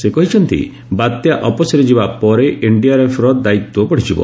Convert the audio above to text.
ସେ କହିଛନ୍ତି ବାତ୍ୟା ଅପସରି ଯିବା ପରେ ଏନ୍ଡିଆର୍ଏଫ୍ର ଦାୟିତ୍ୱ ବଢ଼ିଯିବ